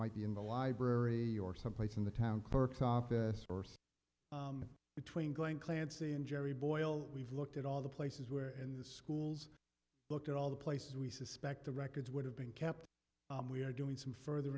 might be in the library or someplace in the town clerk's office or between going clancy and gerry boyle we've looked at all the places where in the schools looked at all the places we suspect the records would have been kept and we are doing some further